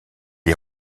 est